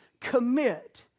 commit